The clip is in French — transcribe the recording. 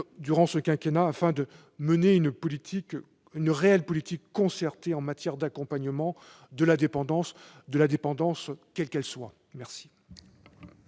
durant ce quinquennat afin de mener une politique réellement concertée en matière d'accompagnement de la dépendance, quelle qu'elle soit ?